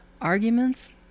Arguments